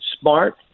smart